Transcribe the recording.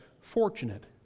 fortunate